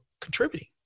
contributing